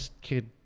kid